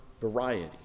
variety